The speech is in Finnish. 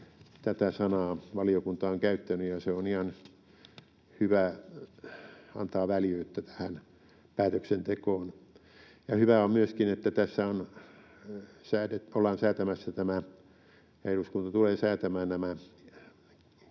Tätä sanaa valiokunta on käyttänyt, ja se on ihan hyvä, antaa väljyyttä tähän päätöksentekoon. Ja hyvää on myöskin se, että tässä ollaan säätämässä ja eduskunta tulee säätämään nämä